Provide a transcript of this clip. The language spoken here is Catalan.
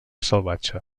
salvatge